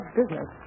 business